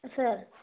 sir